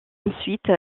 ensuite